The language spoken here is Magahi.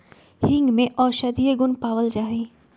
हींग में औषधीय गुण पावल जाहई